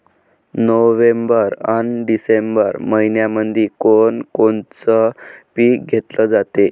November अन December मइन्यामंधी कोण कोनचं पीक घेतलं जाते?